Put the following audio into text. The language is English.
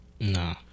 Nah